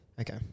Okay